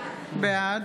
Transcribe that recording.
בעד